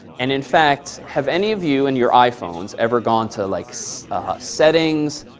and in fact, have any of you and your iphones ever gone to like so settings